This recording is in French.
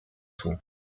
soins